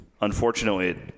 Unfortunately